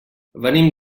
venim